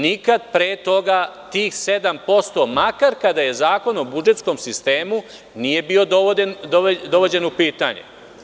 Nikad pre toga tih 7%, makar kada je Zakon o budžetskom sistemu, nije bio dovođen u pitanje.